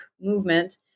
movement